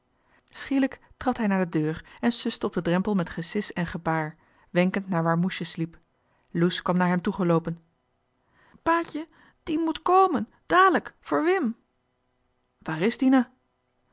schielijk trad hij naar de deur en suste op den drempel met gesis en gebaar wenkend naar waar moesje sliep loes kwam naar hem toegeloopen paatje dien moet kome da'lek voor wim waar is